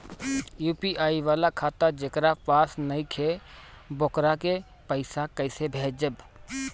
UPI वाला खाता जेकरा पास नईखे वोकरा के पईसा कैसे भेजब?